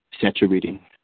Saturating